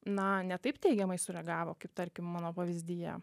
na ne taip teigiamai sureagavo kaip tarkim mano pavyzdyje